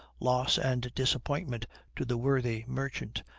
loss and disappointment to the worthy merchant,